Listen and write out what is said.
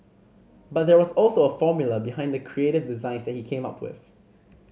but there was also a formula behind the creative designs that he came up with